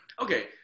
Okay